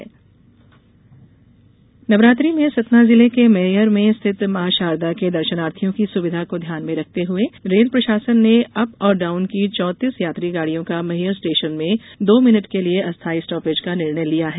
rail सुविधा नवरात्रि में सतना जिले के मैहर में स्थित मॉ शारदा के दर्शनार्थियों की सुविधा को ध्यान में रखते हए रेल प्रशासन ने अप और डाउन की चौतीस यात्री गाड़ियों का मैहर स्टेशन में दो मिनिट के लिए अस्थाई स्टापेज का निर्णय लिया है